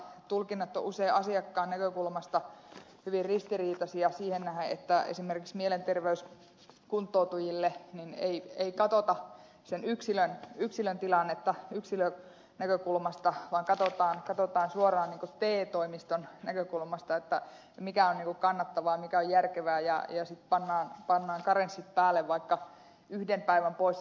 tulkinnat ovat usein asiakkaan näkökulmasta hyvin ristiriitaisia siihen nähden että esimerkiksi mielenterveyskuntoutujien kohdalla ei katsota sen yksilön tilannetta yksilön näkökulmasta vaan katsotaan suoraan te toimiston näkökulmasta mikä on kannattavaa mikä on järkevää ja sitten pannaan karenssit päälle vaikka yhden päivän poissaolon tiimoilta